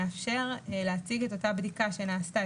מאפשר להציג את אותה בדיקה שנעשתה,